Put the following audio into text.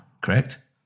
correct